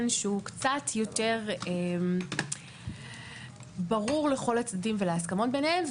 שהוא קצת יותר ברור לכל הצדדים ולהסכמות ביניהם,